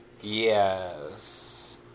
Yes